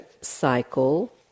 cycle